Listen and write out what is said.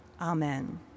Amen